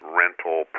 rental